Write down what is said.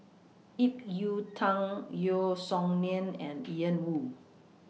Ip Yiu Tung Yeo Song Nian and Ian Woo